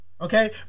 Okay